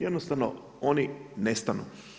Jednostavno oni nestanu.